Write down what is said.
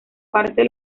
parte